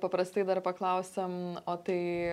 paprastai dar paklausiam o tai